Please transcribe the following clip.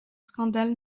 scandale